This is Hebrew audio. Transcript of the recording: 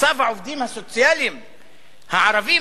מצב העובדים הסוציאליים הערבים,